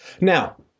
Now